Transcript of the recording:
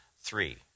Three